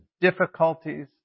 difficulties